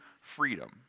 freedom